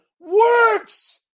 works